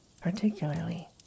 particularly